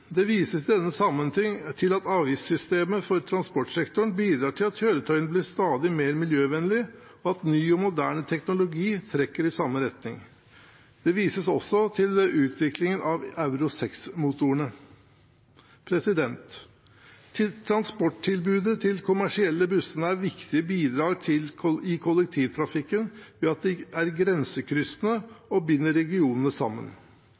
Det vises i denne sammenheng til at avgiftssystemet for transportsektoren bidrar til at kjøretøyene blir stadig mer miljøvennlige, og at ny og moderne teknologi trekker i samme retning. Det vises også til utviklingen av Euro 6-motorene. Transporttilbudet til de kommersielle bussene er et viktig bidrag i kollektivtrafikken ved at de er grensekryssende og binder regionene sammen.